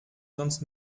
sonst